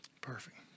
Perfect